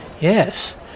Yes